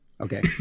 Okay